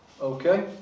Okay